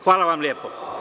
Hvala vam lepo.